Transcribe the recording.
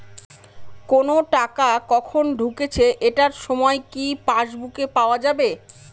কোনো টাকা কখন ঢুকেছে এটার সময় কি পাসবুকে পাওয়া যাবে?